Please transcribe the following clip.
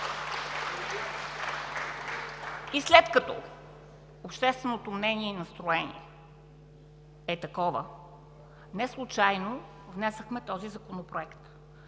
И след като общественото мнение и наслоение е такова, неслучайно внесохме този законопроект.